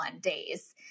days